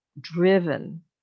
driven